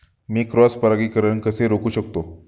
मी cross परागीकरण कसे रोखू शकतो?